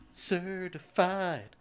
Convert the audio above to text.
certified